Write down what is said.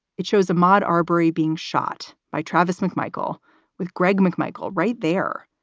it shows a mod arbitrary being shot by travis mcmichael with greg mcmichael right there.